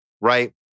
right